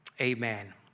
amen